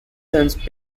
since